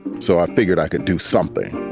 so i figured i could do something.